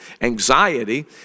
anxiety